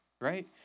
right